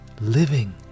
living